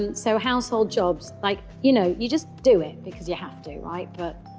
and so, household jobs. like, you know, you just do it because you have to, right? but,